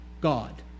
God